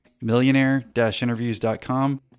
millionaire-interviews.com